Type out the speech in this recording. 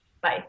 Bye